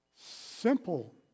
Simple